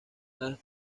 las